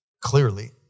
Clearly